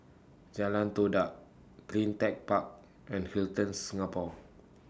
Jalan Todak CleanTech Park and Hilton Singapore